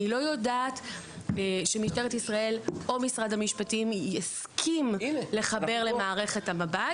אני לא יודעת שמשטרת ישראל או משרד המשפטים יסכימו לחבר למערכת המב"ד.